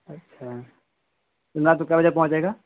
اچھا رات کو کے بجے پہنچے گا